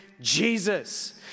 Jesus